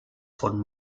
von